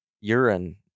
urine